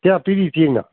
ꯀꯌꯥ ꯄꯤꯔꯤ ꯆꯦꯡꯅ